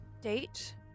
Date